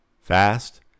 fast